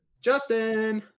Justin